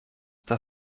der